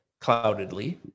cloudedly